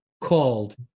called